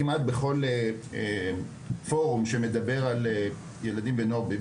כמעט בכל פורום שמדבר על ילדים ונוער בסיכון,